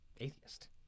atheist